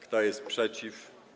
Kto jest przeciw?